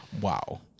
Wow